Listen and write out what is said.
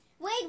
Wait